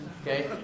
Okay